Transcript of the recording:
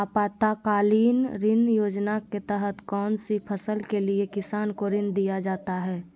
आपातकालीन ऋण योजना के तहत कौन सी फसल के लिए किसान को ऋण दीया जाता है?